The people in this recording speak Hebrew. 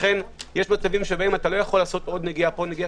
לכן יש מצבים שבהם אי-אפשר לעשות פה ושם נגיעה